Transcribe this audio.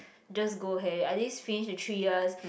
just go ahead at least finish the three years